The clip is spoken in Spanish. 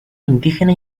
indígena